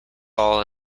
all